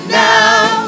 now